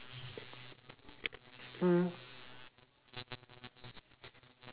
mm